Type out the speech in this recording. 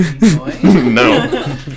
no